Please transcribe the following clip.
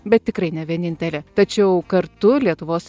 bet tikrai ne vienintelė tačiau kartu lietuvos